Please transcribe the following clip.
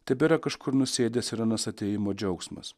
tebėra kažkur nusėdęs ir anas atėjimo džiaugsmas